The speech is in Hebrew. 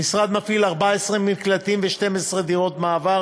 המשרד מפעיל 14 מקלטים ו-12 דירות מעבר